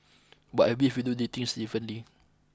but I believe we do things differently